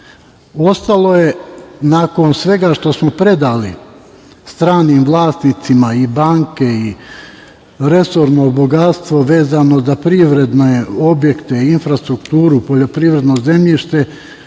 Ostalo je nakon svega što smo predali stranim vlasnicima i banke i resorno bogatstvo vezano za privredne objekte, infrastrukturu, poljoprivredno zemljište